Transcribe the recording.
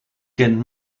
kent